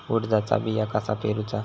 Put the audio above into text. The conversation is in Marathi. उडदाचा बिया कसा पेरूचा?